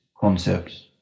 concepts